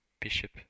Bishop